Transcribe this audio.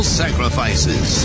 sacrifices